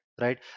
right